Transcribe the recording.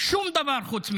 שום דבר חוץ מזה.